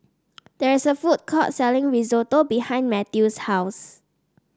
there is a food court selling Risotto behind Mathews' house